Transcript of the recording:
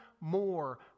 more